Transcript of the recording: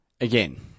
again